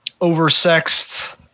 oversexed